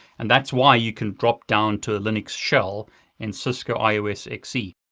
and that's why you can drop down to a linux shell in cisco ios xe.